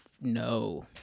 no